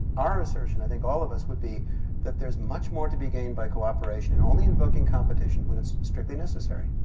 our assertion, i think all of us would be that there's much more to be gained by cooperation and only invoking competition when it's strictly necessary.